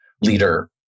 leader